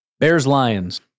Bears-Lions